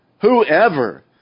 whoever